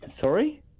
Sorry